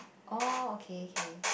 oh okay okay